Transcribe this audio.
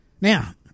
Now